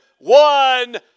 one